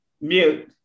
mute